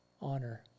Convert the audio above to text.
honor